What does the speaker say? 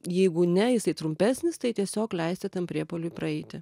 jeigu ne jisai trumpesnis tai tiesiog leisti tam priepuoliui praeiti